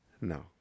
No